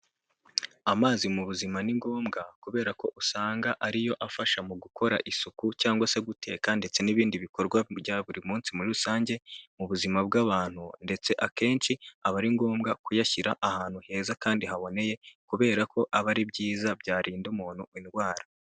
Amazi mu buzima ni ngombwa kubera ko usanga ari yo afasha mu gukora isuku cyangwa se guteka ndetse n'ibindi bikorwa bya buri munsi muri rusange mu buzima bw'abantu, ndetse akenshi aba ari ngombwa kuyashyira ahantu heza kandi haboneye kubera ko aba ari byiza byarinda umuntu indwara.